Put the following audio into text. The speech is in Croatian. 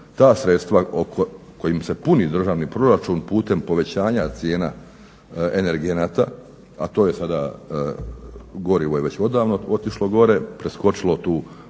ta sredstva kojim se puni državni proračun putem povećanja cijena energenata, a to je sada gorivo je već odavno otišlo gore, preskočilo tu